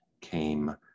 came